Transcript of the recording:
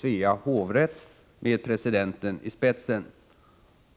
Svea hovrätt med presidenten i spetsen;